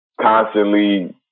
constantly